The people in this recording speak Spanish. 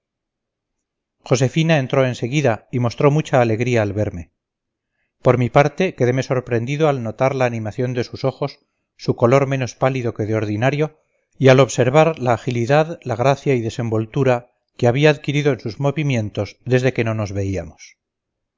josefina entró en seguida y mostró mucha alegría al verme por mi parte quedeme sorprendido al notar la animación de sus ojos su color menos pálido que de ordinario y al observar la agilidad la gracia y desenvoltura que había adquirido en sus movimientos desde que no nos veíamos